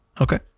Okay